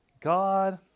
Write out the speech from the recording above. God